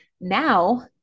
Now